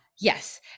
Yes